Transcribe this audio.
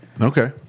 Okay